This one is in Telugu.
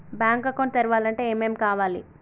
బ్యాంక్ అకౌంట్ తెరవాలంటే ఏమేం కావాలి?